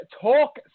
talk